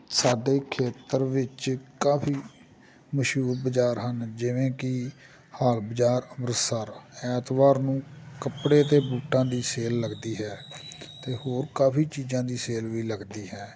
ਸਾਡੇ ਖੇਤਰ ਵਿੱਚ ਕਾਫੀ ਮਸ਼ਹੂਰ ਬਾਜ਼ਾਰ ਹਨ ਜਿਵੇਂ ਕਿ ਹਾਰ ਬਾਜ਼ਾਰ ਅੰਮ੍ਰਿਤਸਰ ਐਤਵਾਰ ਨੂੰ ਕੱਪੜੇ ਅਤੇ ਬੂਟਾਂ ਦੀ ਸੇਲ ਲੱਗਦੀ ਹੈ ਅਤੇ ਹੋਰ ਕਾਫੀ ਚੀਜ਼ਾਂ ਦੀ ਸੇਲ ਵੀ ਲੱਗਦੀ ਹੈ